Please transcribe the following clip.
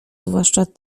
zwłaszcza